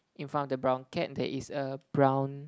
in front of the brown cat there is a brown